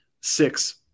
six